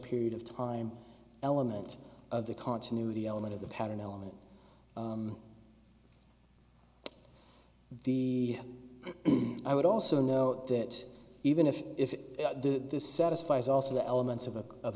period of time element of the continuity element of the pattern element the i would also note that even if this satisfies also the elements of a of